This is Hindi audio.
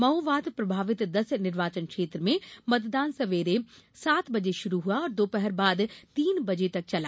माओवाद प्रभावित दस निर्वाचन क्षेत्र में मतदान सवेरे सात बजे शुरू हुआ और दोपहर बाद तीन बजे तक चला